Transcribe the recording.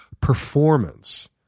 performance